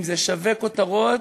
אם זה שווה כותרות,